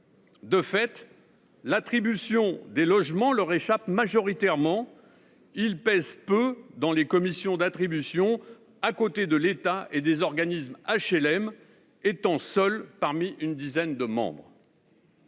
De fait, l’attribution des logements leur échappe majoritairement. Ils pèsent peu dans les commissions d’attribution à côté de l’État et des organismes d’HLM, étant seuls parmi une dizaine de membres.